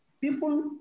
people